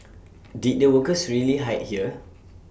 did the workers really hide here